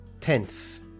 tenth